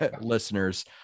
listeners